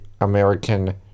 American